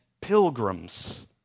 pilgrims